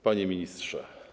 Panie Ministrze!